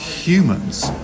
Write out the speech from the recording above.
Humans